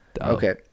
Okay